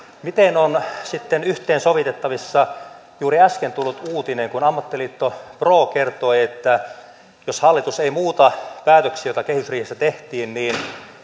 miten on sitten yhteensovitettavissa juuri äsken tullut uutinen kun ammattiliitto pro kertoi että jos hallitus ei muuta päätöksiä joita kehysriihessä tehtiin niin